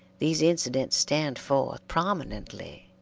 these incidents stand forth prominently,